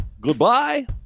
goodbye